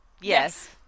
Yes